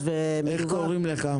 איך קוראים לך?